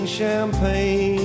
champagne